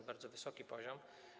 To bardzo wysoki poziom.